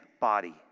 body